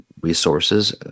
resources